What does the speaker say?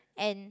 and